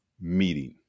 meeting